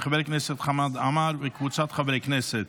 של חבר הכנסת חמד עמאר וקבוצת חברי הכנסת.